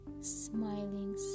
smiling